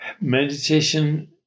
Meditation